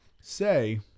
say